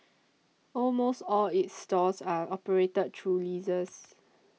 almost all its stores are operated through leases